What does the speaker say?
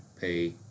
pay